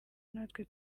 natwe